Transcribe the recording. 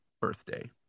birthday